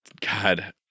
God